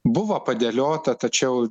buvo padėliota tačiau